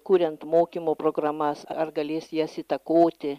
kuriant mokymo programas ar galės jas įtakoti